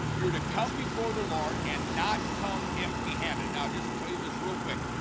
you are to come before the lord and not come empty handed. now just tell you this real quick.